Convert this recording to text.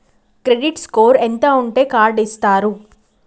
Credit score ఎంత ఉంటే card ఇస్తారు?